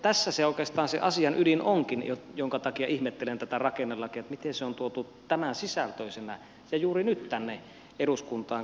tässä oikeastaan se asian ydin onkin jonka takia ihmettelen miten tämä rakennelaki on tuotu tämän sisältöisenä ja juuri nyt tänne eduskuntaan